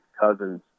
cousins